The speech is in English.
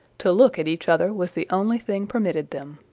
to look at each other was the only thing permitted them.